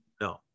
No